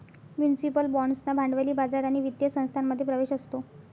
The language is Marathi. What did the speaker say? म्युनिसिपल बाँड्सना भांडवली बाजार आणि वित्तीय संस्थांमध्ये प्रवेश असतो